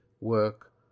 work